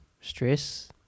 stress